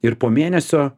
ir po mėnesio